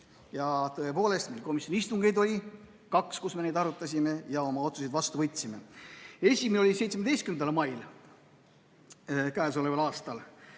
Tõepoolest, komisjoni istungeid oli kaks, kus me neid arutasime ja oma otsused vastu võtsime. Esimene oli 17. mail käesoleval aastal,